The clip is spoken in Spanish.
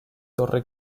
torre